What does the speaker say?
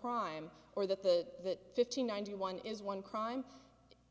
crime or that the fifty nine to one is one crime